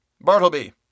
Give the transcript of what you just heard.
Bartleby